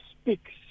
speaks